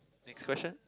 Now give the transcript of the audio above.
next question